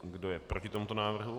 Kdo je proti tomuto návrhu?